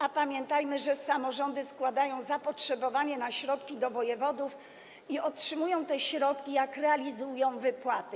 A pamiętajmy, że samorządy składają zapotrzebowanie na środki do wojewodów i otrzymują te środki, jak realizują wypłaty.